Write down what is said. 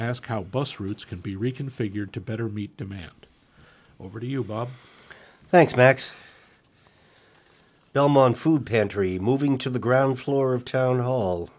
ask how bus routes could be reconfigured to better meet demand over to you bob thanks max belmont food pantry moving to the ground floor of town hall